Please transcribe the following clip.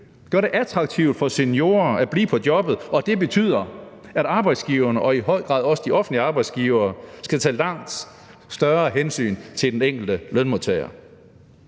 gøre det attraktivt for seniorer at blive på jobbet, og det betyder, at arbejdsgiverne – og i høj grad også de offentlige arbejdsgivere – skal tage et langt større hensyn til den enkelte lønmodtager.